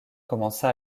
commença